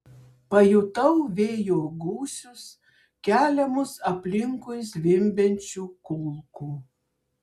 pajutau vėjo gūsius keliamus aplinkui zvimbiančių kulkų